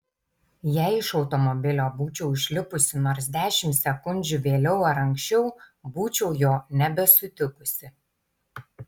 jei iš automobilio būčiau išlipusi nors dešimt sekundžių vėliau ar anksčiau būčiau jo nebesutikusi